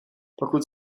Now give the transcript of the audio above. pokud